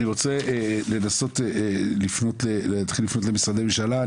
אני רוצה להתחיל לפנות למשרדי ממשלה.